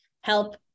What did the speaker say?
help